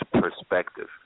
perspective